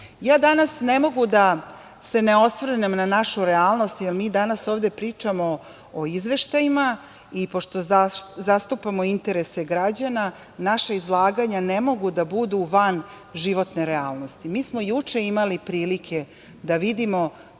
danas ne mogu da se ne osvrnem na našu realnost, jer mi danas ovde pričamo o izveštajima i pošto zastupamo interese građana, naša izlaganja ne mogu da budu van životne realnosti. Mi smo juče imali prilike da vidimo